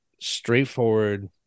straightforward